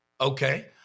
Okay